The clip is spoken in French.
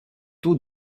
taux